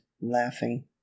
laughing